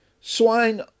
Swine